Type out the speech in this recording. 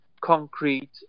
concrete